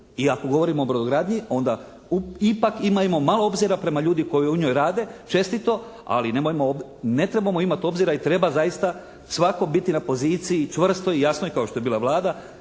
I ako govorimo o brodogradnji onda ipak imajmo malo obzira prema ljudima koji u njoj rade čestito ali nemojmo, ne trebamo imati obzira i treba zaista svatko biti na poziciji i čvrstoj, jasnoj kao što je bila Vlada